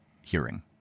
hearing